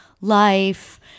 life